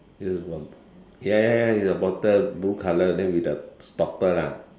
ya ya is the bottle blue color then with the stopper lah